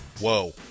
Whoa